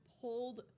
pulled